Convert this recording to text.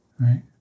right